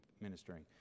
ministering